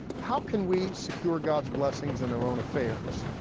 how can we secure god's blessings in our own affairs?